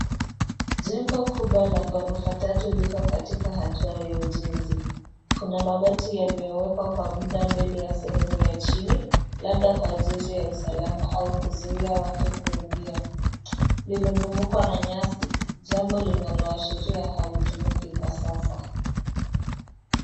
Jengo kubwa la ghorofa tatu liko katika hatua ya ujenzi. Kuna mabati yaliyowekwa kwa muda mbele ya sehemu ya chini, labda kwa ajili ya usalama au kuzuia watu kuingia. Limezungukwa na nyasi, jambo linaloashiria halitumiki kwa sasa.